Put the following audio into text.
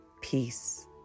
Peace